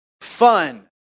fun